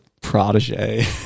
protege